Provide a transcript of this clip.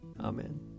Amen